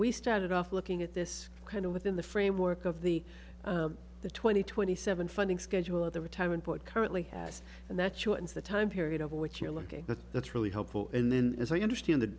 we started off looking at this kind of within the framework of the the twenty twenty seven funding schedule other time in port currently has and that shortens the time period of what you're looking at that's really helpful and then as i understand the